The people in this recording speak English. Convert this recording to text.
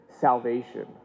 salvation